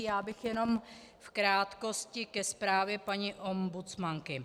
Já bych jenom v krátkosti ke zprávě paní ombudsmanky.